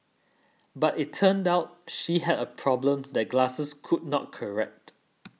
but it turned out she had a problem that glasses could not correct